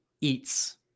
eats